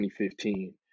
2015